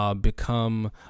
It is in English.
Become